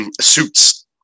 suits